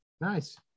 Nice